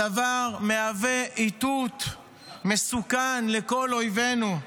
הדבר מהווה איתות מסוכן לכל אויבינו.